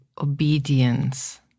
obedience